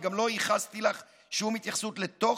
אני גם לא ייחסתי לך שום התייחסות לתוכן,